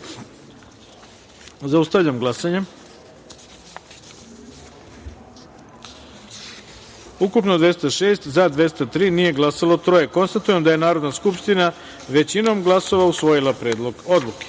taster. Zaustavljam glasanje: ukupno 206, za – 204, nije glasalo – dvoje. Konstatujem da je Narodna skupština većinom glasova usvojila Predlog odluke.